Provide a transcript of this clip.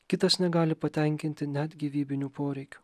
kitas negali patenkinti net gyvybinių poreikių